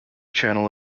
channel